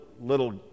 little